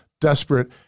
desperate